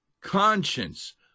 conscience